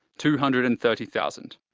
two hundred and thirty thousand,